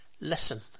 listen